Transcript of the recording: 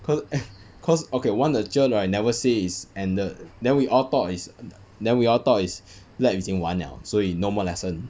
cause cause okay one the cher right never say is ended then we all thought is then we all thought is lab 已经完了所以 normal lesson